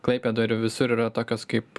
klaipėdoj ir visur yra tokios kaip